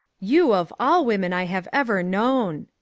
you of all women i have ever known.